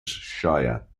shire